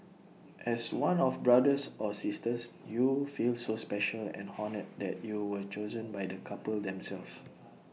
as one of brothers or sisters you feel so special and honoured that you were chosen by the couple themselves